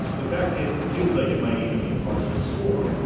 in fact, it seems like it might even be part of the score.